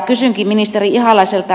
kysynkin ministeri ihalaiselta